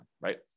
right